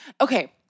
Okay